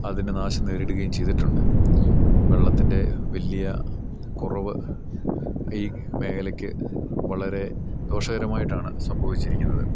അതിൻ്റെ നാശം നേരിടുകയും ചെയ്തിട്ടുണ്ട് വെള്ളത്തിൻ്റെ വലിയ കുറവ് ഈ മേഖലയ്ക്ക് വളരെ ദോഷകരമായിട്ടാണ് സംഭവിച്ചിരിക്കുന്നത്